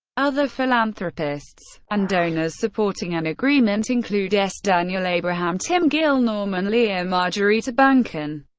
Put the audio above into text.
other philanthropists and donors supporting an agreement include s. daniel abraham, tim gill, norman lear, margery tabankin,